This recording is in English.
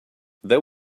there